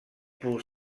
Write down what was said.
pour